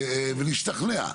ולהשתכנע.